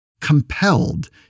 compelled